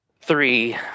three